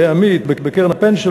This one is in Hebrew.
העמית בקרן הפנסיה,